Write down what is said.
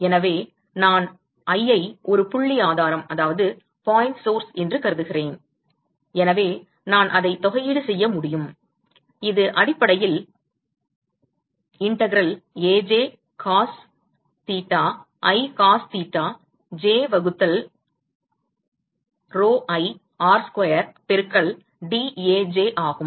எனவே நான் i i ஒரு புள்ளி ஆதாரம் என்று கருதுகிறேன் எனவே நான் அதை தொகையீடு செய்ய முடியும் இது அடிப்படையில் integral Aj cos theta i cos theta j வகுத்தல் pi R ஸ்கொயர் பெருக்கல் dAj ஆகும்